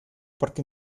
parque